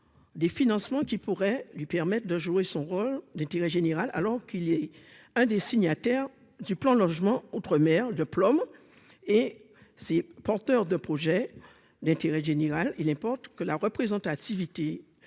des financements qui pourraient lui permettent de jouer son rôle de tirer général alors qu'il est un des signataires du plan logement outre-mer diplôme et porteurs de projets d'intérêt général, il importe que la représentativité